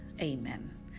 amen